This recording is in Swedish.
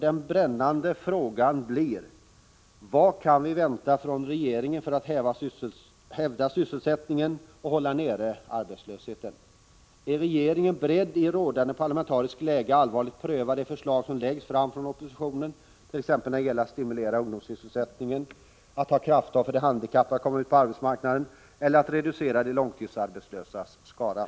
Den brännande frågan blir: Vad kan vi vänta från regeringen för att hävda sysselsättningen och hålla nere arbetslösheten? Är regeringen beredd i det rådande parlamentariska läget att allvarligt pröva de förslag som läggs fram från oppositionen, t.ex. när det gäller att stimulera ungdomssysselsättningen, att ta krafttag för att de handikappade skall komma ut på arbetsmarknaden eller för att reducera de långtidsarbetslösas skara?